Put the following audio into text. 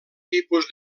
tipus